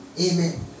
Amen